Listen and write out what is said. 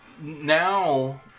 now